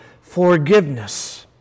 forgiveness